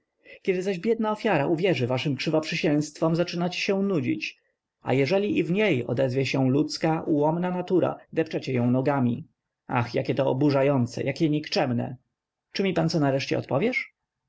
kiedy zaś biedna ofiara uwierzy waszym krzywoprzysięstwom zaczynacie się nudzić a jeżeli i w niej odezwie się ludzka ułomna natura depczecie ją nogami ach jakie to oburzające jakie to nikczemne czy mi pan co nareszcie odpowiesz